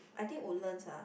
I think Woodlands ah